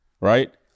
Right